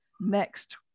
next